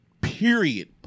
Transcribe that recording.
period